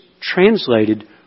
translated